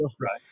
Right